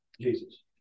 Jesus